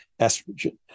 estrogen